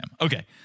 Okay